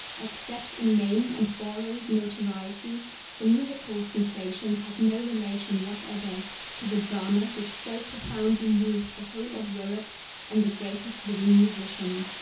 except in name and borrowed notoriety the music-hall sensation has no relation whatever to the drama which so profoundly moved the whole of europe and the greatest living musician.